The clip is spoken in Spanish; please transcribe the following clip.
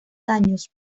daños